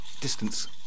distance